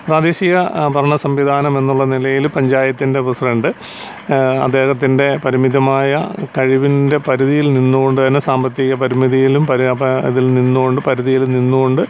പ്രാദേശിക ഭരണ സംവിധാനം എന്നുള്ള നിലയിലും പഞ്ചായത്തിൻ്റെ പ്രസിഡൻ്റ് അദ്ദേഹത്തിൻ്റെ പരിമിതമായ കഴിവിൻ്റെ പരിധിയിൽ നിന്നുകൊണ്ടുതന്നെ സാമ്പത്തിക പരിമിതിയിലും ഇതിൽ നിന്ന് കൊണ്ടും പരിധിയിൽ നിന്നു കൊണ്ട്